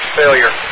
failure